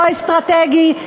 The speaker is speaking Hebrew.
לא אסטרטגי,